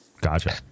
Gotcha